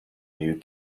new